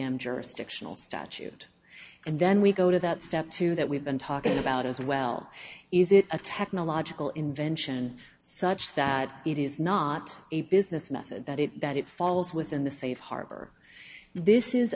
m jurisdictional statute and then we go to that step two that we've been talking about as well is it a technological invention such that it is not a business method that it that it falls within the safe harbor